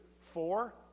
four